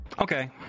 Okay